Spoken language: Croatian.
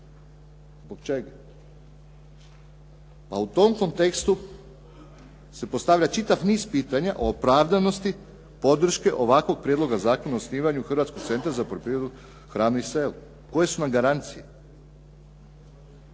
A u tom kontekstu se postavlja čitav niz pitanja opravdanosti podrške ovakvog Prijedloga zakona o osnivanju Hrvatskog centra za poljoprivredu, hranu i selo. Koje su nam garancije?